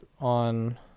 on